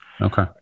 Okay